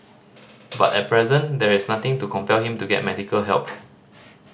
but at present there is nothing to compel him to get medical help